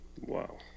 Wow